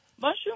mushroom